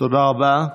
תודה רבה.